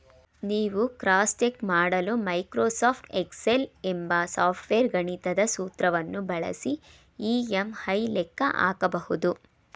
ನೀವು cross check ಮಾಡಲು Microsoft Excel ಎಂಬ ಸಾಫ್ಟ್ವೇರ್ ಗಣಿತದ ಸೂತ್ರವನ್ನು ಬಳಸಿ ಇ.ಎಂ.ಐ ಲೆಕ್ಕ ಹಾಕಬಹುದು